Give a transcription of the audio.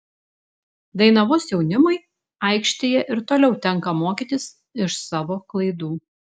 dainavos jaunimui aikštėje ir toliau tenka mokytis iš savo klaidų